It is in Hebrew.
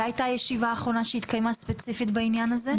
מתי הייתה הישיבה האחרונה שהתקיימה ספציפית בעניין הזה?